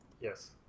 Yes